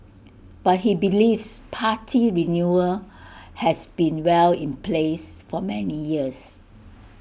but he believes party renewal has been well in place for many years